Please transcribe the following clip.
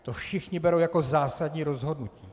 To všichni berou jako zásadní rozhodnutí.